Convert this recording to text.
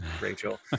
Rachel